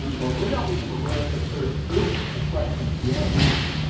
but we're not even aware that there is a question to be answered.